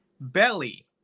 Belly